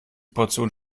portion